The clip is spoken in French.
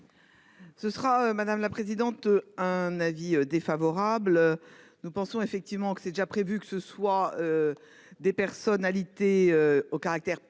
Ce sera madame la présidente. Un avis défavorable. Nous pensons effectivement que c'est déjà prévu que ce soit. Des personnalités au caractère